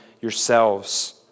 yourselves